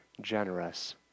generous